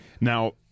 Now